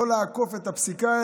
לא לעקוף את הפסיקה,